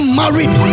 married